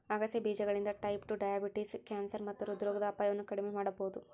ಆಗಸೆ ಬೇಜಗಳಿಂದ type two diabetes, cancer ಮತ್ತ ಹೃದ್ರೋಗದ ಅಪಾಯವನ್ನ ಕಡಿಮಿ ಮಾಡಬೋದು